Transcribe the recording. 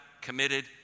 committed